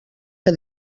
que